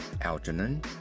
Algernon